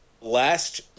last